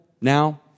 Now